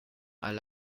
alle